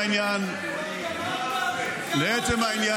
זו הבעיה שלכם, נכון?